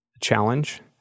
Challenge